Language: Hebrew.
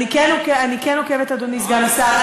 אני כן עוקבת, אדוני סגן השר.